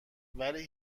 ولی